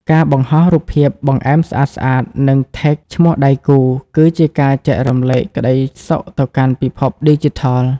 ការបង្ហោះរូបភាពបង្អែមស្អាតៗ និង Tag ឈ្មោះដៃគូ គឺជាការចែករំលែកក្តីសុខទៅកាន់ពិភពឌីជីថល។